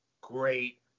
Great